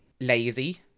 lazy